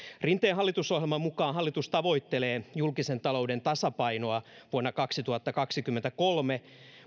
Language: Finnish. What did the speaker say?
rinteen hallitusohjelman mukaan hallitus tavoittelee julkisen talouden tasapainoa vuonna kaksituhattakaksikymmentäkolme